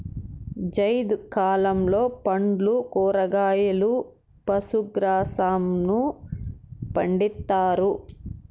జైద్ కాలంలో పండ్లు, కూరగాయలు, పశు గ్రాసంను పండిత్తారు